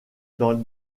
dans